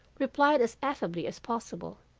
replied as affably as possible.